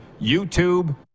YouTube